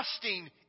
trusting